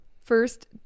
first